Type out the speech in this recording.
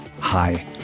Hi